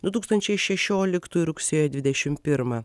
du tūkstančiai šešioliktų rugsėjo dvidešimt pirmą